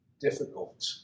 Difficult